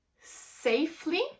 safely